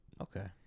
Okay